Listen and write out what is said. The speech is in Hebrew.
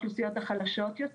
ברמות הרשאה שונות.